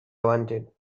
wanted